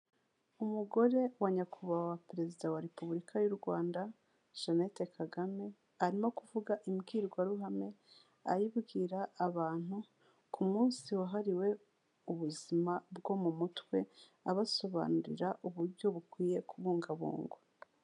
Umugore wa Nyakubahwa Perezida wa Repubulika y'u Rwanda Jeannette Kagame, arimo kuvuga imbwirwaruhame ayibwira abantu ku munsi wahariwe ubuzima bwo mu mutwe, abasobanurira uburyo bukwiye kubungabungwa.